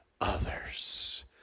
others